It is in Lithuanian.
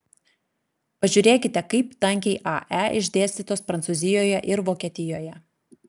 pažiūrėkite kaip tankiai ae išdėstytos prancūzijoje ir vokietijoje